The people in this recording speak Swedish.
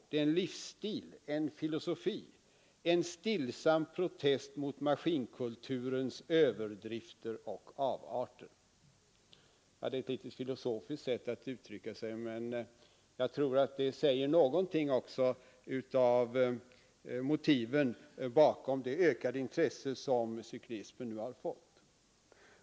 Det är en livsstil, en filosofi, en stillsam protest mot maskinkulturens överdrifter och avarter.” Det är ett litet filosofiskt sätt att uttrycka sig, men jag tror att det anger några av motiven bakom det ökade intresset för cyklismen.